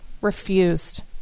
refused